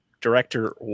Director